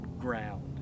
ground